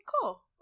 cool